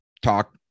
Talk